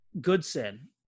goodson